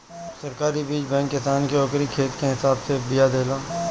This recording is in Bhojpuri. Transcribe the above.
सरकारी बीज बैंक किसान के ओकरी खेत के हिसाब से बिया देला